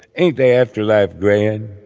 a day after life grand.